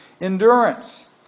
endurance